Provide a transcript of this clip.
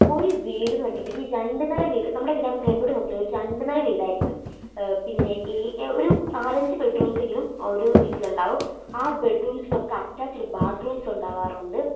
ഒരു വീടിന്ന് പറഞ്ഞിട്ടുണ്ടെങ്കി രണ്ട് നില വീട് നമ്മടെ ഗ്രാമത്തില് എവിടാ നോക്കിയാലും രണ്ട് നില വീടായിരിക്കും പിന്നെ ഈ ഒരു നാലഞ്ച് ബെഡ്റൂംസ് എങ്കിലും ഒരു വീട്ടിലുണ്ടാവും ആ ബെഡ്റൂംസിനൊക്കെ അറ്റാച്ചിഡ് ബാത്റൂംസ് ഉണ്ടാവാറുണ്ട്